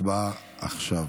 הצבעה עכשיו.